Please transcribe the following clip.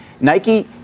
Nike